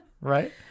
Right